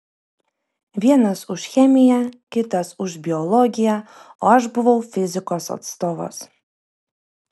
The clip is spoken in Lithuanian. vienas už chemiją kitas už biologiją o aš buvau fizikos atstovas